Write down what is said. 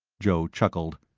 joe chuckled.